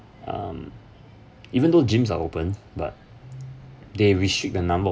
um even though gyms are open but they restrict the number of